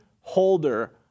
holder